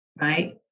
right